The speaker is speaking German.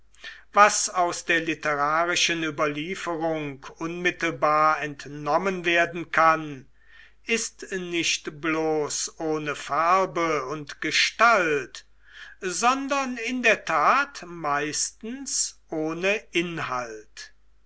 was aus der literarischen überlieferung unmittelbar entnommen werden kann ist nicht bloß ohne farbe und gestalt sondern in der tat meistens ohne inhalt